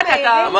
לא צריך.